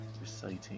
reciting